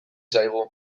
zaigu